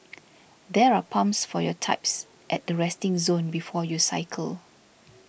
there are pumps for your types at the resting zone before you cycle